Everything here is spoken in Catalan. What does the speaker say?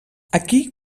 aquí